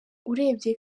urebye